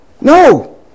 No